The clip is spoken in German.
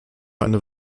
eine